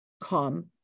come